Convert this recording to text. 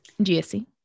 gsc